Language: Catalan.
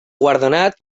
guardonat